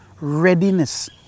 readiness